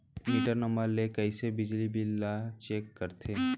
Metre number ले कइसे बिजली बिल ल चेक करथे?